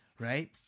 right